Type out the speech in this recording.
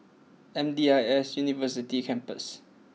M D I S University Campus